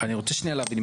אני רוצה שנייה להבין.